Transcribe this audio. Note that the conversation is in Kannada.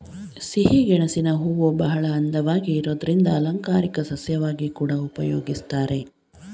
ಸಿಹಿಗೆಣಸಿನ ಹೂವುಬಹಳ ಅಂದವಾಗಿ ಇರೋದ್ರಿಂದ ಅಲಂಕಾರಿಕ ಸಸ್ಯವಾಗಿ ಕೂಡಾ ಉಪಯೋಗಿಸ್ತಾರೆ